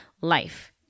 life